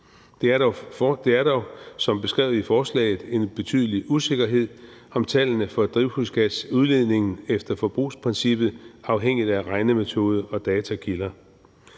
Der er dog, som beskrevet i forslaget, en betydelig usikkerhed om tallene for drivhusgasudledningen efter forbrugsprincippet afhængigt af regnemetode og datakilder.